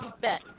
bet